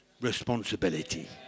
responsibility